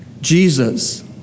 Jesus